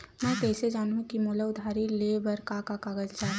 मैं कइसे जानहुँ कि मोला उधारी ले बर का का कागज चाही?